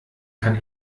kann